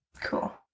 Cool